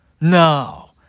No